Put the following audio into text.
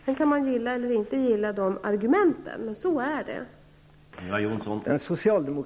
Man kan gilla eller inte gilla argumenten, men så har resonemangen förts.